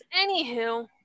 Anywho